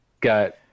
got